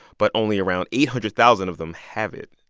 but only around eight hundred thousand of them have it.